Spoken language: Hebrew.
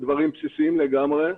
דברים בסיסיים לגמרי.